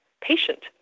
patient